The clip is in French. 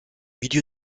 milieu